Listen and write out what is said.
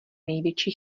největší